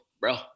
bro